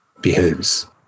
behaves